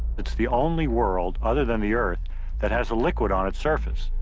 it's the only world other than the earth that has a liquid on its surface.